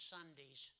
Sundays